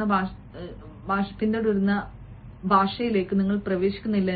correspondence ഭാഷ പിന്തുടരുന്ന ഭാഷയിലേക്ക് നിങ്ങൾ പ്രവേശിക്കുന്നില്ല